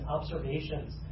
observations